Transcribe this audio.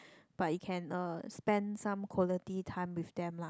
but you can uh spend some quality time with them lah